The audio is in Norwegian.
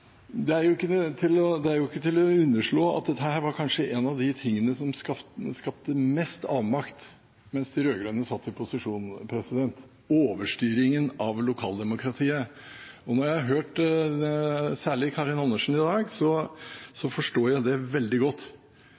Det er ikke til å underslå at overstyringen av lokaldemokratiet kanskje var noe av det som skapte mest avmakt mens de rød-grønne satt i posisjon. Og særlig når jeg har hørt på Karin Andersen i dag, så forstår jeg veldig godt